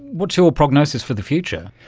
what's your prognosis for the future?